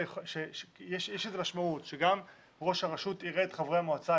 יש לזה משמעות שגם ראש הרשות יראה את חברי המועצה,